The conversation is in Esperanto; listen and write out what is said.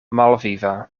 malviva